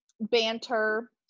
banter